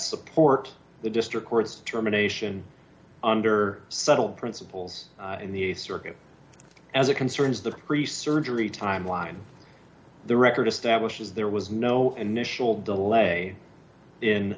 support the district court's determination under subtle principles in the circuit as it concerns the pre surgery timeline the record establishes there was no initial delay in